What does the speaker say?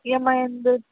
ಈ M I ಅಂದರೆ